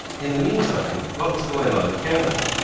in the meantime what was going on in canada?